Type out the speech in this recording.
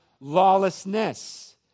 lawlessness